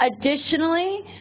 Additionally